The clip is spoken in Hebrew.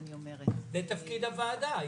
זה תפקיד הוועדה,